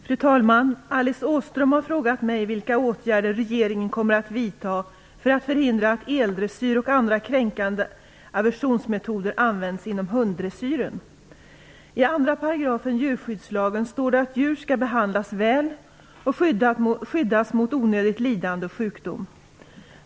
Fru talman! Alice Åström har frågat mig vilka åtgärder regeringen kommer att vidta för att förhindra att eldressyr och andra kränkande aversionsmetoder används inom hunddressyren. I 2 § djurskyddslagen står det att djur skall behandlas väl och skyddas mot onödigt lidande och sjukdom.